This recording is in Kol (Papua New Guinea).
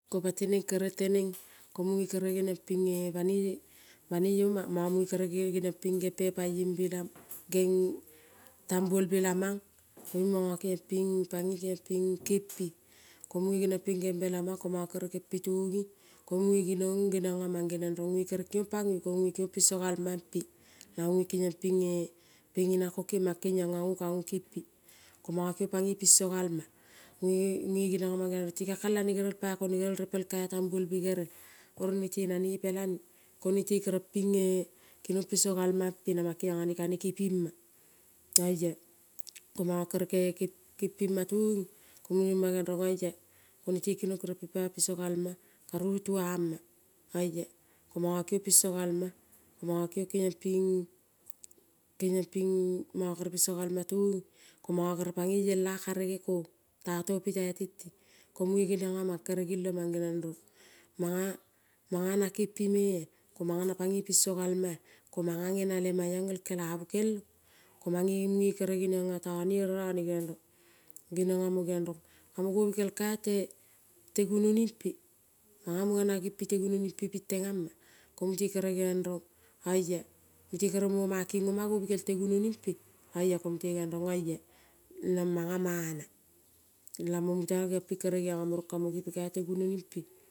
Kokati neng kere teneng ko munge kere geniong ping banoi e banoi banoi ma mongo monge kere geniong ping ngeng pe paie bela mang geng tambuol be lemang, kong mongo kengiong ping pangoi kengiong ping kempi. Komunge genion ping ngembe kamang kom mongo kere kempi tongi munge ginng ngeniong amang rong kongonge kere kingong pangoi, kongong kingong pingso galampe nangonge kengiong pinge pengina komang kengiong eango ka ngo kengmpi komongo kingong pangoi pingso. Monge mungo geniongea mang rong komete poiko nete gerel poi repel tambuol, be gerel oro nete nanepelane ko nete keriong pinge kinong pisogalmampe namang kengiong ngane kane kapima. Oia komongo kere kempima tongi, ko munge ngema rong oia, konete kinong keniong ping poi piso galma karu tuang, oia komongo kingong keniong ping mogo kere pingso galma tongi ko mongo kere pangoi elea kagere kong teato pitei tente, munge ngeniong ea mang kere gilo mang ngeniong, rong manga na kempi mea ko manga na pangoi pingo galme ea ko manga ngenalema iong el kelabu kelong, kemange munge kere geniong eatone ere one geniong rong, geniong eamo geniong rong kamo gobikal kaite gunonimpe, manga munga na ngempi te gunonimpe ping teang ma, ko mute kere geiong rong oia mute kere mo mangiking oma gobikel te gunonimpe, oia ko mute geiong rong oia rong mange mana lamong mota kere geingea mo rong ka mo gel kai le gunonimpe.